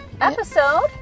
episode